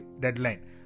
deadline